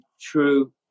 true